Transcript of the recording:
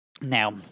Now